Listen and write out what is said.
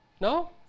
No